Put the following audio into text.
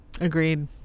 Agreed